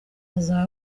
azaba